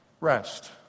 Rest